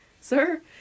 sir